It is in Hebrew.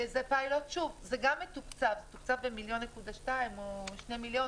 זה גם מתוקצב, זה תוקצב בערך בשני מיליון.